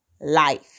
life